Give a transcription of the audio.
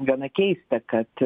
gana keista kad